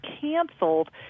canceled